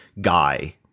guy